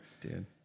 dude